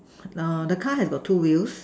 err the car have two wheels